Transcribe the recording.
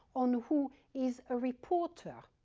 on who is a reporter.